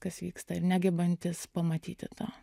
kas vyksta ir negebantys pamatyti to